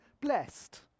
blessed